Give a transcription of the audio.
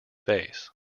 face